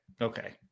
Okay